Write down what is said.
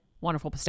wonderful